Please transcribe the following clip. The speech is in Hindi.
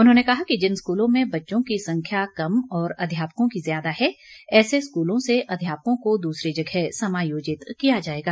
उन्होंने कहा कि जिन स्कूलों में बच्चों की संख्या कम और अध्यापकों की ज्यादा है ऐसे स्कूलों से अध्यापकों को दूसरी जगह समायोजित किया जाएगा